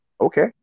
okay